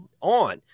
on